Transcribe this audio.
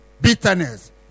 Bitterness